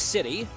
City